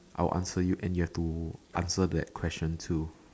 I'll answer you and you have to answer that question too